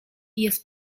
jest